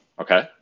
Okay